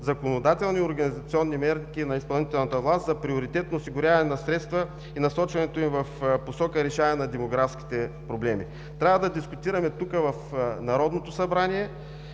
законодателни и организационни мерки на изпълнителната власт за приоритетно осигуряване на средства и насочването им в посока решаване на демографските проблеми. Трябва да дискутираме тук в Народното събрание,